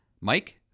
Mike